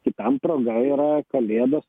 kitam proga yra kalėdos